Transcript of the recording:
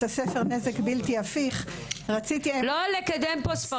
הספר --- אני מבקשת לא לקדם פה ספרים.